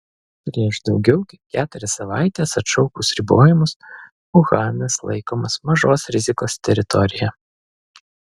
prieš daugiau kaip keturias savaites atšaukus ribojimus uhanas laikomas mažos rizikos teritorija